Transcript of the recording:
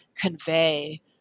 convey